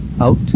Out